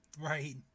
Right